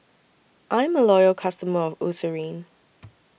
I'm A Loyal customer of Eucerin